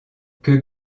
que